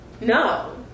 No